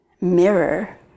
mirror